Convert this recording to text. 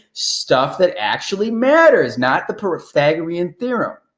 stuff that actually matters, not the pythagorean theorem.